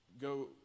go